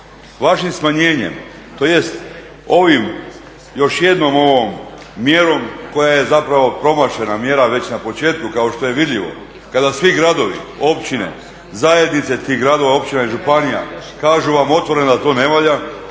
Vašim smanjenjem tj. još jednom ovom mjerom koja je zapravo promašena mjera već na početku kao je vidljivo kada svi gradovi, općine, zajednice tih gradova, općina i županija kažu vam otvoreno da to ne valja,